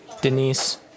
Denise